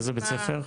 איזה בית ספר?